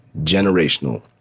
generational